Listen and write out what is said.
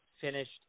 finished